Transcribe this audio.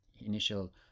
initial